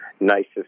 Nicest